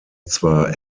zwar